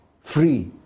free